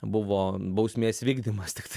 buvo bausmės vykdymas tiktai